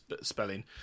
spelling